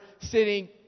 sitting